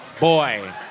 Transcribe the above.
boy